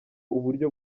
uburyo